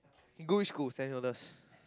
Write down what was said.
can go which school Saint-Hilda's